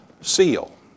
seal